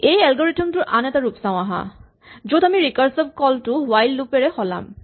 এই এলগৰিথম টোৰ আন এটা ৰূপ চাওঁ আহা য'ত আমি ৰিকাৰছিভ কল টো হুৱাইল লুপ এৰে সলাম